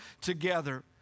together